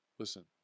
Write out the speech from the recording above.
Listen